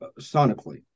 sonically